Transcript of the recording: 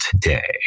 today